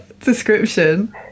description